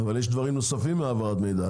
אבל יש דברים נוספים להעברת מידע.